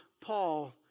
Paul